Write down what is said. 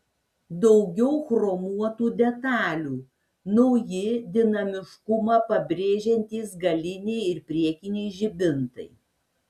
daugiau chromuotų detalių nauji dinamiškumą pabrėžiantys galiniai ir priekiniai žibintai